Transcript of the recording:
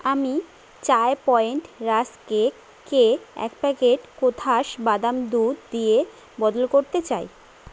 আমি চার point rusk কেককে এক প্যাকেট কোথাস বাদাম দুধ দিয়ে বদল করতে চাই